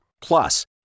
Plus